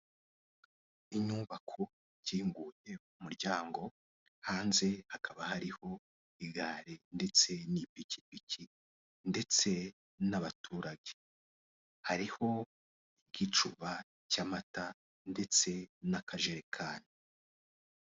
Inyubako ikinguye umuryango hanze hakaba hariho igare ndetse n'ipikipiki ndetse n'abaturage hariho igicuba cy'amata ndetse n'akajerekani.